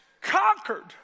conquered